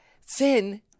Finn